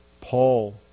Paul